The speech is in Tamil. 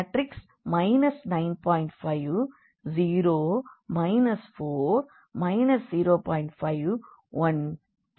51T நம்மால் உருவாக்க இயலும்